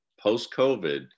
post-COVID